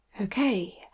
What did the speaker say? Okay